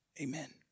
Amen